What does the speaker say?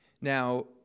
Now